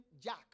Jack